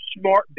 smart